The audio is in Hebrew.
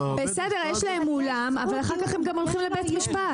יש להם מולם, אבל אחר כך הם גם הולכים לבית משפט.